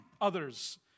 others